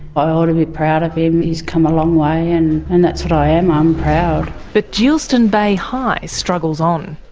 i ought to be proud of him, he's come a long way. and and that's what i am, i'm proud. but geilston bay high struggles on.